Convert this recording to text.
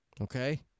okay